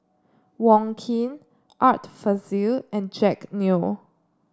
Wong Keen Art Fazil and Jack Neo